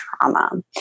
trauma